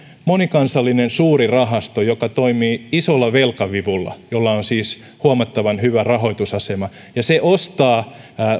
monikansallinen suuri rahasto joka toimii isolla velkavivulla jolla on siis huomattavan hyvä rahoitusasema ja se ostaa